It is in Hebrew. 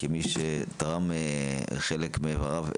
כמי שתרם חלק מאבריו,